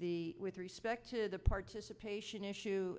the with respect to the participation issue